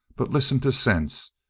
but listen to sense.